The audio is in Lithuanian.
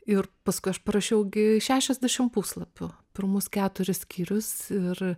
ir paskui aš parašiau gi šešiasdešim puslapių pirmus keturis skyrius ir